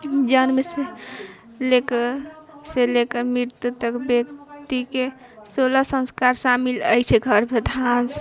जन्मसँ लेकऽ से लेकर मृत्यु तक व्यक्तिके सोलह संस्कार शामिल अछि गर्भधारणसँ